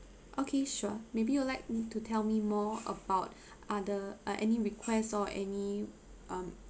okay sure maybe you would like to tell me more about other uh any request or any um